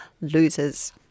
losers